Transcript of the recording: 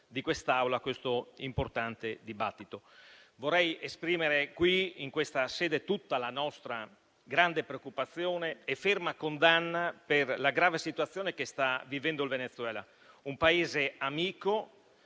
all'Assemblea questo importante dibattito. Vorrei esprimere in questa sede tutta la nostra grande preoccupazione e ferma condanna per la grave situazione che sta vivendo il Venezuela, un Paese amico,